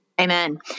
Amen